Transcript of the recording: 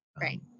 Right